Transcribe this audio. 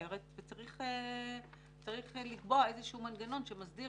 מיותר וצריך לקבוע איזשהו מנגנון שמסדיר